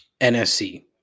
NSC